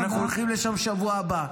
אנחנו הולכים לשם בשבוע הבא.